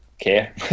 care